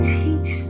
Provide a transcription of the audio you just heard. teach